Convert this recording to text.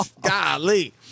Golly